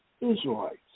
israelites